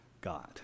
God